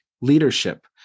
leadership